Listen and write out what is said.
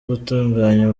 gutunganya